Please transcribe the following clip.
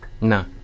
no